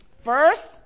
First